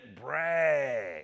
Brag